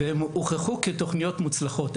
והן הוכחו כתוכניות מוצלחות.